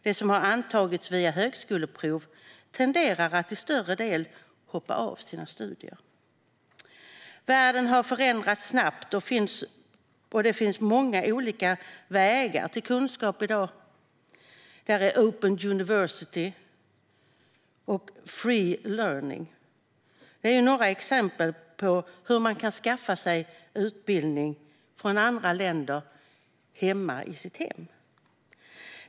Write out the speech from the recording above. De som har antagits via högskoleprovet tenderar till större del att hoppa av sina studier. Världen har förändrats snabbt, och det finns många olika vägar till kunskap i dag. "Open university" och "free learning" är ett par exempel på hur man kan skaffa sig utbildning från andra länder i sitt hem.